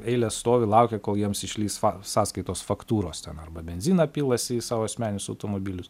eilės stovi laukia kol jiems išlįs sąskaitos faktūros arba benziną pilasi į savo asmeninius automobilius